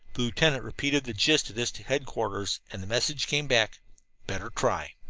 the lieutenant repeated the gist of this to headquarters, and the message came back better try.